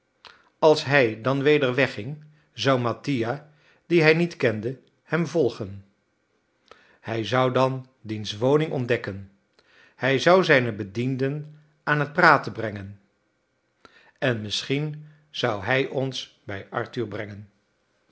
als hij dan weder wegging zou mattia dien hij niet kende hem volgen hij zou dan diens woning ontdekken hij zou zijne bedienden aan t praten brengen en misschien zou hij ons bij arthur brengen